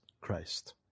Christ